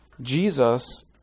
Jesus